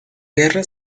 guerra